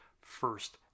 first